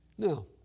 Now